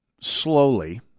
slowly